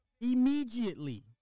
Immediately